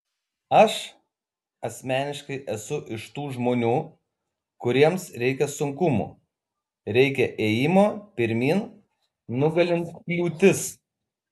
aš asmeniškai esu iš tų žmonių kuriems reikia sunkumų reikia ėjimo pirmyn nugalint kliūtis